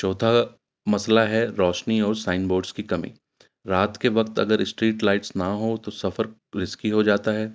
چوتھا مسئلہ ہے روشنی اور سائن بورڈس کی کمی رات کے وقت اگر اسٹریٹ لائٹس نہ ہو تو سفر رسکی ہو جاتا ہے